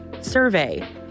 survey